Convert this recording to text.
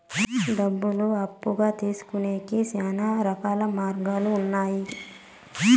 డబ్బులు అప్పుగా తీసుకొనేకి శ్యానా రకాల మార్గాలు ఉన్నాయి